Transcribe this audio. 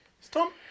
Stop